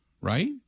Right